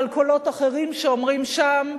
אבל קולות אחרים שאומרים שם: